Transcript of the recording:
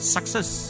Success